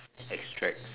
extracts